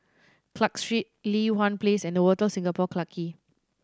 Clarke Street Li Hwan Place and Novotel Singapore Clarke Quay